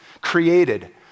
created